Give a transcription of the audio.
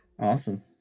Awesome